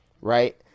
Right